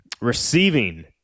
Receiving